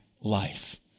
life